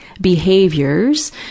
behaviors